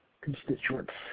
constituents